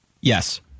Yes